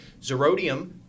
Zerodium